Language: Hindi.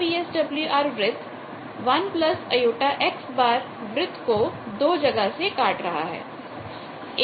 यह VSWR वृत्त 1jX वृत्त को दो जगह से काट रहा है